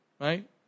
right